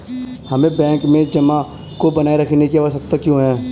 हमें बैंक में जमा को बनाए रखने की आवश्यकता क्यों है?